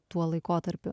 tuo laikotarpiu